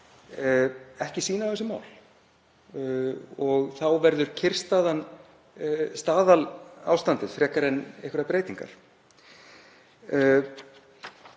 ekki sýn á þessi mál og þá verður kyrrstaðan staðalástandið frekar en einhverjar breytingar.